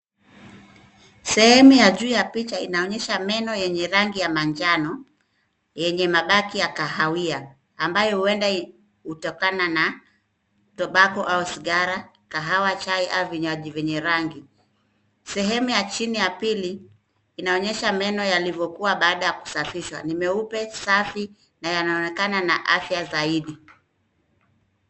Sehemu ya juu ya picha inaonyesha meno yenye rangi ya manjano yenye mabaki ya kahawia ambayo huenda kutokana na tumbako au sigara, kahawa, chai au vinywaji vyenye rangi. Sehemu ya chini ya pili inaonyesha meno yalivyokuwa baada ya kusafishwa. Ni meupe, safi, na yanaonekana na afya zaidi.